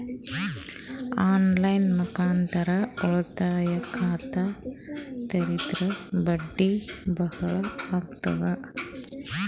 On line ಮುಖಾಂತರ ಉಳಿತಾಯ ಖಾತ ತೇರಿದ್ರ ಬಡ್ಡಿ ಬಹಳ ಅಗತದ?